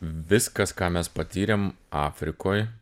viskas ką mes patyrėm afrikoj